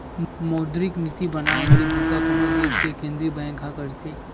मौद्रिक नीति बनाए के बूता कोनो देस के केंद्रीय बेंक ह करथे